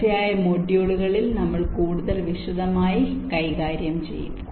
തുടർച്ചയായ മൊഡ്യൂളുകളിൽ നമ്മൾ കൂടുതൽ വിശദമായി കൈകാര്യം ചെയ്യും